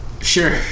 Sure